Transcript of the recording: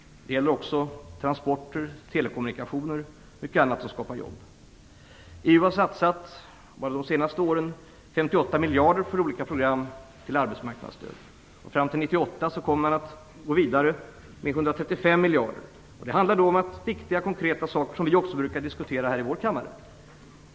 Det gäller också transporter, telekommunikationer och mycket annat som skapar jobb. EU har bara under de senaste åren satsat 58 Fram till 1998 kommer man att gå vidare med 135 miljarder. Det handlar då om viktiga och konkreta saker som vi också brukar diskutera här i vår kammare.